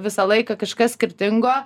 visą laiką kažkas skirtingo